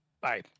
Bye